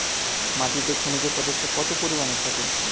মাটিতে খনিজ পদার্থ কত পরিমাণে থাকে?